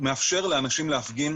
מאפשר לאנשים להפגין.